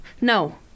no